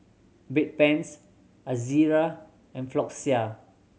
Bedpans Ezerra and Floxia